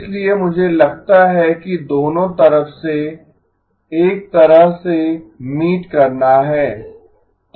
इसलिए मुझे लगता है कि दोनों तरफ से एक तरह से मीट करना है